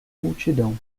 multidão